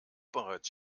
bereits